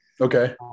Okay